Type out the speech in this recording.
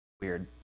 weird